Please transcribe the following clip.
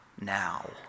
now